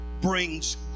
brings